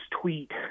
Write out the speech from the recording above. tweet